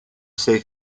sei